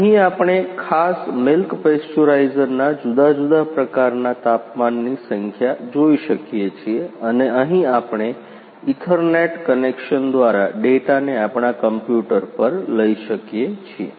અહીં આપણે ખાસ મિલ્ક પેસ્ચ્યુરાઇઝરના જુદા જુદા પ્રકારના તાપમાનની સંખ્યા જોઈ શકીએ છીએ અને અહીં આપણે ઇથરનેટ કનેક્શન્સ દ્વારા ડેટાને આપણા કમ્પ્યુટર પર લઈ શકીએ છીએ